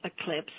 eclipse